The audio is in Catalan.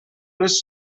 les